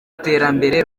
iterambere